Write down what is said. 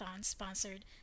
sponsored